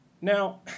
Now